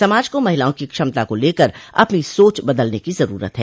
समाज को महिलाओं की क्षमता को लेकर अपनी सोच बदलने की जरूरत है